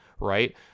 right